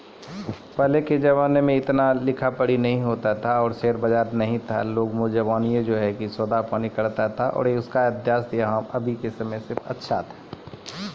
पहिलका जमाना मे शेयर बजार नै होय छलै लोगें मुजबानीये सौदा करै छलै